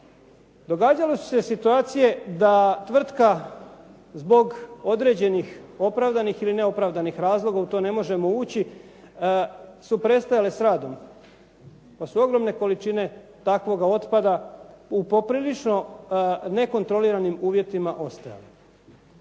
Događale su se situacije da tvrtka zbog određenih opravdanih ili neopravdanih razloga, u to ne možemo ući, su prestajale sa radom pa su ogromne količine takvoga otpada u poprilično nekontroliranim uvjetima ostajale.